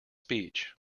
speech